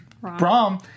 Brom